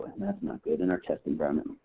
and that's not good in our test environment.